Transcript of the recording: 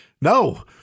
No